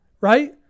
right